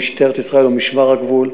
ממשטרת ישראל או ממשמר הגבול.